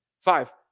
Five